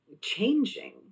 changing